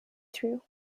through